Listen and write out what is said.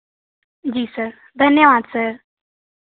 जी sir धन्यवाद sir